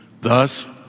Thus